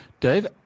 Dave